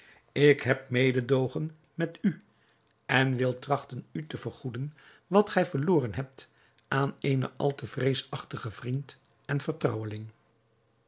ik heb mededoogen met u en wil trachten u te vergoeden wat gij verloren hebt aan eenen al te vreesachtigen vriend en vertrouweling